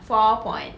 four point